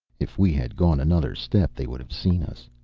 if we had gone another step they would have seen us.